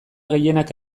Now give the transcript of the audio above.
gehienak